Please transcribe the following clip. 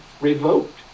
revoked